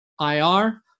IR